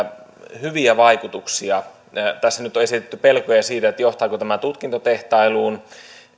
hyviä vaikutuksia tässä nyt on esitetty pelkoja siitä johtaako tämä tutkintotehtailuun